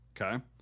Okay